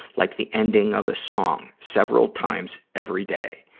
like the ending of a song, several times every day.